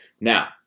Now